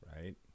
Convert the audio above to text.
Right